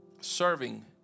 Serving